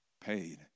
paid